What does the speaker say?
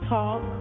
Talk